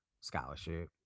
scholarship